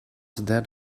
that